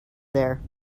there